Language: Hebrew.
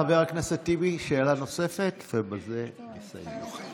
חבר הכנסת טיבי, שאלה נוספת, ובזה נסיים.